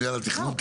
מינהל התכנון,